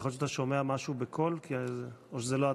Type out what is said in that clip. יכול להיות שאתה שומע משהו בקול או שזה לא אתה?